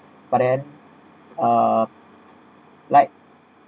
but then uh like